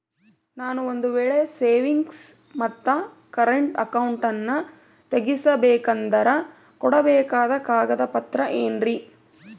ನಾನು ಒಂದು ವೇಳೆ ಸೇವಿಂಗ್ಸ್ ಮತ್ತ ಕರೆಂಟ್ ಅಕೌಂಟನ್ನ ತೆಗಿಸಬೇಕಂದರ ಕೊಡಬೇಕಾದ ಕಾಗದ ಪತ್ರ ಏನ್ರಿ?